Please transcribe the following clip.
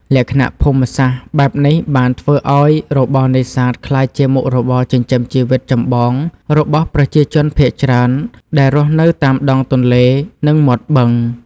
លក្ខណៈភូមិសាស្ត្របែបនេះបានធ្វើឲ្យរបរនេសាទក្លាយជាមុខរបរចិញ្ចឹមជីវិតចម្បងរបស់ប្រជាជនភាគច្រើនដែលរស់នៅតាមដងទន្លេ និងមាត់បឹង។